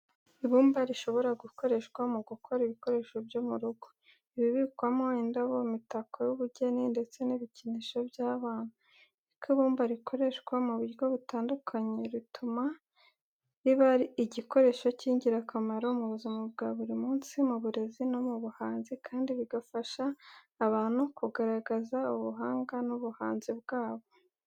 Ibumba rishobora gukoreshwa mu gukora ibikoresho byo mu rugo, ibibikwamo indabo, imitako y'ubugeni, ndetse n'ibikinisho by'abana. Uko ibumba rikoreshwa mu buryo butandukanye, bituma riba igikoresho cy'ingirakamaro mu buzima bwa buri munsi, mu burezi no mu buhanzi kandi bigafasha abantu kugaragaza ubuhanga n'ubuhanzi bwabo.